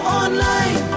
online